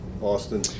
Austin